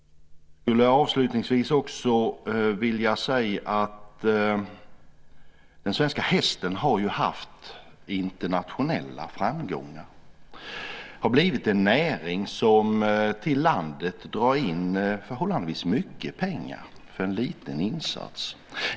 Jag skulle avslutningsvis vilja säga att den svenska hästen ju har haft internationella framgångar. Detta har blivit en näring som till landet drar in förhållandevis mycket pengar för en liten insats.